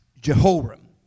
Jehoram